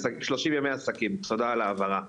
שלושים ימי עסקים, תודה על ההבהרה ושוב,